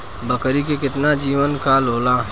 बकरी के केतना जीवन काल होला?